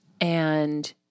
And-